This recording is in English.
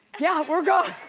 yeah, we're going.